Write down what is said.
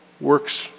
works